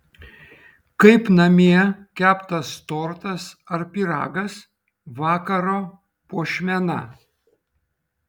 kaip namie keptas tortas ar pyragas vakaro puošmena